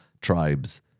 tribes